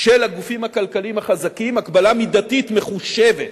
של הגופים הכלכליים החזקים, הגבלה מידתית מחושבת.